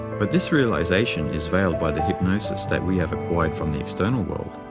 but this realization is veiled by the hypnosis that we have acquired from the external world.